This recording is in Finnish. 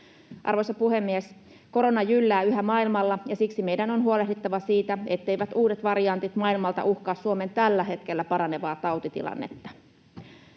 Arvoisa puhemies! Korona jyllää yhä maailmalla, ja siksi meidän on huolehdittava siitä, etteivät uudet variantit maailmalta uhkaa Suomen tällä hetkellä paranevaa tautitilannetta.